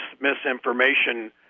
misinformation